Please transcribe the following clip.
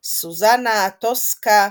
"סוזאנה", "טוסקה",